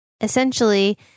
essentially